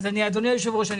אדוני היושב ראש,